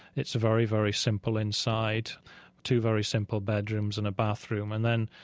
it's very, very simple inside two very simple bedrooms and a bathroom. and then,